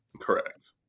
Correct